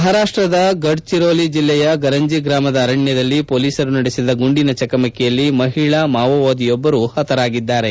ಮಹಾರಾಷ್ಟದ ಗಡ್ಚಿರೋಲಿ ಜಿಲ್ಲೆಯ ಗರಂಜಿ ಗ್ರಾಮದ ಅರಣ್ಯದಲ್ಲಿ ಪೊಲೀಸರು ನಡೆಸಿದ ಗುಂಡಿನ ಚಕಮಕಿಯಲ್ಲಿ ಮಹಿಳಾ ಮಾವೋವಾದಿಯೊಬ್ಲರು ಪತರಾಗಿದ್ದಾರೆ